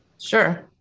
Sure